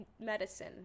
medicine